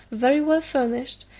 very well furnished,